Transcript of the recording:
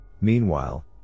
Meanwhile